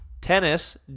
Tennis